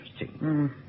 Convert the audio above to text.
interesting